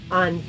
on